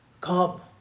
Come